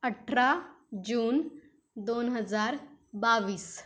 अठरा जून दोन हजार बावीस